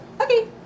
Okay